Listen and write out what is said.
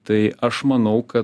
tai aš manau kad